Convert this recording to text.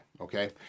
okay